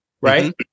right